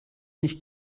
nicht